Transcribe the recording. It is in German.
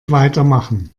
weitermachen